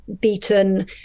beaten